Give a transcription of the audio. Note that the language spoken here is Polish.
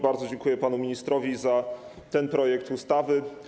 Bardzo dziękuję panu ministrowi za ten projekt ustawy.